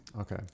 Okay